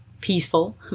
peaceful